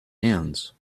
hands